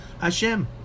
Hashem